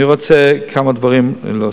אני רוצה להוסיף כאן כמה דברים: